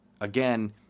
again